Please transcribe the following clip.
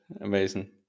Amazing